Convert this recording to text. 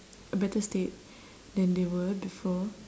a better state than they were before